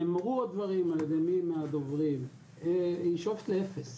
נאמרו הדברים, על ידי מי מהדוברים, שואף לאפס,